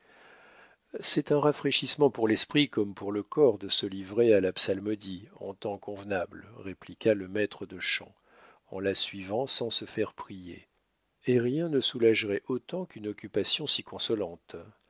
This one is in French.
c'est un rafraîchissement pour l'esprit comme pour le corps de se livrer à la psalmodie en temps convenable répliqua le maître de chant en la suivant sans se faire prier et rien ne soulagerait autant qu'une occupation si consolante